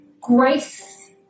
grace